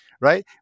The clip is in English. right